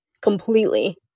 completely